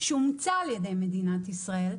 שאומצה על ידי מדינת ישראל,